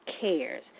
cares